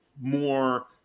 more